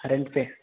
rent پہ